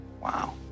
Wow